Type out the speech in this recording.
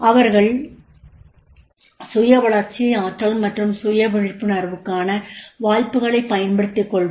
அவர்கள் சுய வளர்ச்சி ஆற்றல் மற்றும் சுய விழிப்புணர்வுக்கான வாய்ப்புகளைப் பயன்படுத்திக் கொள்வர்